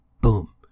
boom